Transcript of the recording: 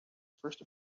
first